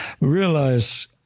Realize